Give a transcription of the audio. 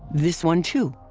this one too.